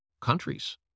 countries